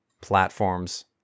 platforms